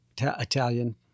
Italian